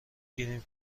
گیریم